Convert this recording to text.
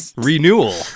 Renewal